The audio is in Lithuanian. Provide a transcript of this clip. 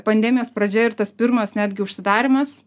pandemijos pradžia ir tas pirmas netgi užsidarymas